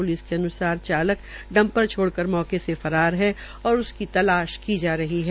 police के अन्सार चालक डंपर छोड़ कर मौके से फरार है और उसकी तलाश की जा रही है